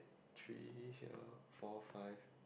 three here four five